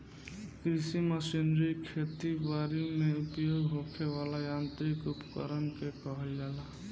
कृषि मशीनरी खेती बरी में उपयोग होखे वाला यांत्रिक उपकरण के कहल जाला